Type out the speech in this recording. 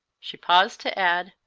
she paused to add,